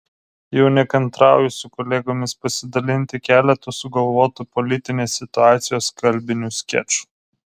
jau nekantrauju su kolegomis pasidalinti keletu sugalvotų politinės situacijos kalbinių skečų